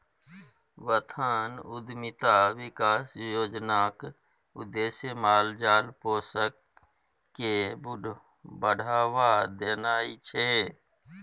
बथान उद्यमिता बिकास योजनाक उद्देश्य माल जाल पोसब केँ बढ़ाबा देनाइ छै